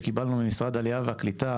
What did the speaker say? שקיבלנו ממשרד העלייה והקליטה,